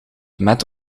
met